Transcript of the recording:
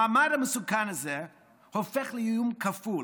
המעמד המסוכן הזה הופך לאיום כפול.